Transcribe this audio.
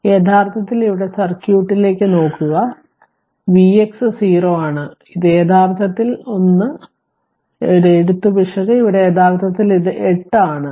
അതിനാൽ യഥാർത്ഥത്തിൽ ഇവിടെ സർക്യൂട്ടിലേക്ക് നോക്കുക Vx 0 ആണ് ഇത് യഥാർത്ഥത്തിൽ 1 ഒരു എഴുത്ത് പിശക് ഇവിടെ യഥാർത്ഥത്തിൽ ഇത് 8 ആണ്